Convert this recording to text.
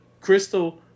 Crystal